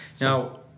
now